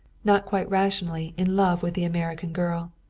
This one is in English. not quite rationally in love with the american girl.